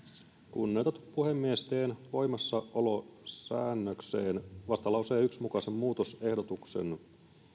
kunnioitettu puhemies teen voimassaolosäännökseen vastalauseen yhden mukaisen muutosehdotuksen